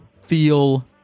feel